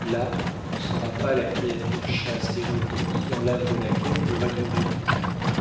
là ne sera pas la créature chaste et recueillie dans l'âme de laquelle vous régnerez toujours